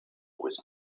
with